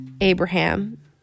Abraham